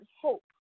hope